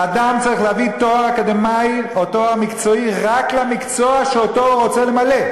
אדם צריך להביא תואר אקדמי או תואר מקצועי רק למקצוע שהוא רוצה למלא.